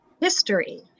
history